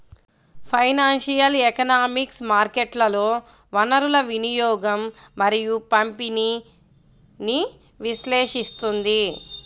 financial economics మార్కెట్లలో వనరుల వినియోగం మరియు పంపిణీని విశ్లేషిస్తుంది